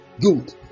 good